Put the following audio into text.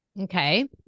Okay